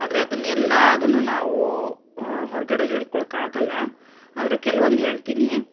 ಆದರೆ ಅದನ್ನ ಎಲ್ಲದನ್ನೂ ನಾವು ಹೊರಗಡೆ ಹೇಳಿಕೊಳ್ಳಕಾಗಲ್ಲ ಆದರೆ ಕೆಲ್ವೊಂದು ಹೇಳ್ತೀನಿ